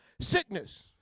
Sickness